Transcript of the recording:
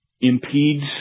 impedes